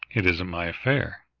it isn't my affair.